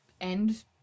end